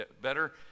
better